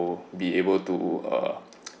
be able to uh